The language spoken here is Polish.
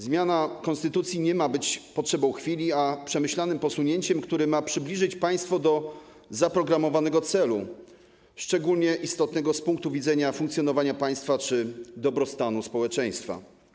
Zmiana konstytucji nie ma być potrzebą chwili, ma być przemyślanym posunięciem, które ma przybliżyć państwo do zaprogramowanego celu, szczególnie istotnego z punktu widzenia funkcjonowania państwa czy dobrostanu społeczeństwa.